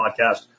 Podcast